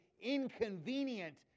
inconvenient